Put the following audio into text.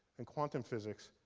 and quantum physics,